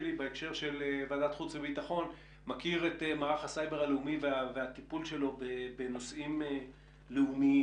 את מערך הסייבר הלאומי והטיפול שלו בנושאים לאומיים.